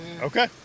Okay